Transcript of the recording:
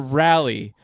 rally